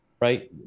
Right